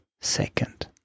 second